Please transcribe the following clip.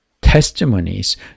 testimonies